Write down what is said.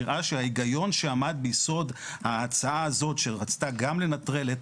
נראה שההיגיון שעמד ביסוד ההצעה הזאת שרצתה גם לנטרל את